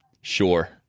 Sure